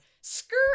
Skirt